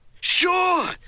Sure